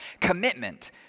commitment